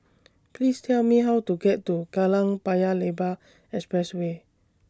Please Tell Me How to get to Kallang Paya Lebar Expressway